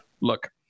look